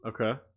Okay